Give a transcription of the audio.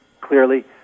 clearly